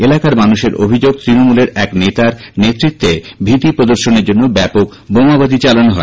এলাকার মানুষের অভিযোগ তৃণমূল কংগ্রেসের এক নেতার নেতৃত্বে ভীতি প্রদর্শনের জন্য ব্যাপক বোমাবাজি চালানো হয়